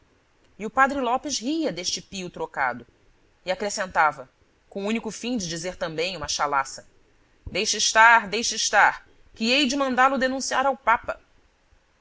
e o padre lopes ria deste pio trocado e acrescentava com o único fim de dizer também uma chalaça deixe estar deixe estar que hei de mandá-lo denunciar ao papa